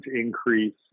increase